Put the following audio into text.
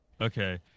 Okay